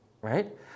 right